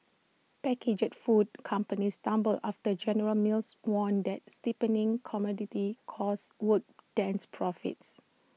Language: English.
packaged food companies stumbled after general mills warned that steepening commodity costs would dents profits